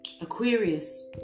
Aquarius